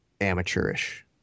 amateurish